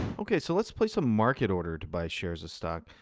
ok, so let's place a market order to buy shares of stock.